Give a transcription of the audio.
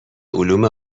علوم